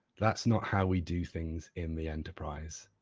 that's not how we do things in the enterprise.